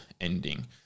ending